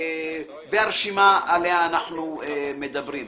והרשימה עליה אנחנו מדברים.